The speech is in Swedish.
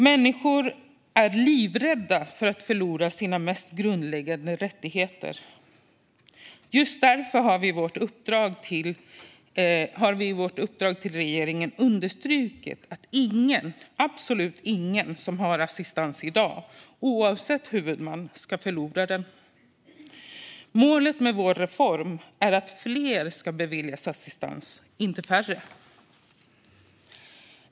Människor är livrädda för att förlora sina mest grundläggande rättigheter. Just därför har vi i vårt uppdrag till regeringen understrukit att absolut ingen som har assistans i dag, oavsett huvudman, ska förlora den. Målet med vår reform är att fler ska beviljas assistans, inte färre.